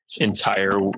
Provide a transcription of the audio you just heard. entire